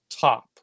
top